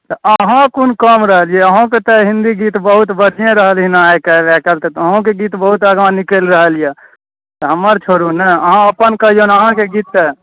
तऽ अहाँ कोन कम रहलियै अहाँके तऽ हिन्दी गीत बहुत बढ़िआँ रहलनि हेँ आइ काल्हि आइ काल्हि तऽ अहूँके गीत बहुत आगाँ निकलि रहल यए हमर छोड़ू ने अहाँ अपन कहियौ अहाँके गीत तऽ